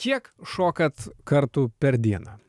kiek šokat kartų per dieną